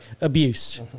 abuse